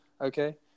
Okay